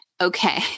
Okay